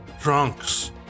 Drunks